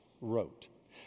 wrote